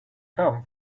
come